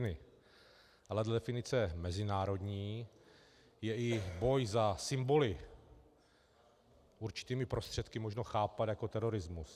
Ale dle definice mezinárodní je i boj za symboly určitými prostředky možno chápat jako terorismus.